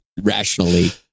rationally